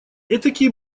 этакий